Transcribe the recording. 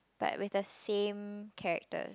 but with the same character